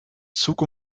zug